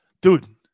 Dude